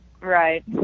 Right